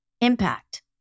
impact